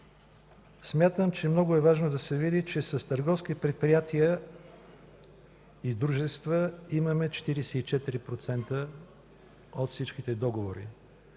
Смятам, че е много важно да се види, че с търговски предприятия и дружества имаме 44% от всички договори